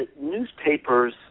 newspapers